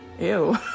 Ew